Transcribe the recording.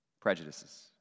Prejudices